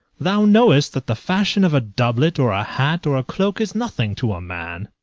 thou knowest that the fashion of a doublet, or a hat, or a cloak, is nothing to a man.